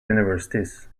universities